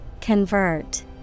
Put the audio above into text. convert